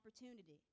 opportunity